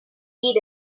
eat